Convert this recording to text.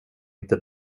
inte